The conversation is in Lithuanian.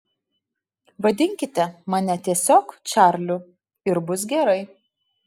vadinkite mane tiesiog čarliu ir bus gerai